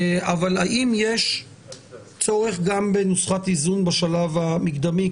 האם יש צורך בנוסחת איזון גם בשלב המקדמי?